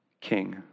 king